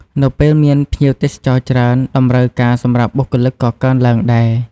នៅពេលមានភ្ញៀវទេសចរច្រើន តម្រូវការសម្រាប់បុគ្គលិកក៏កើនឡើងដែរ។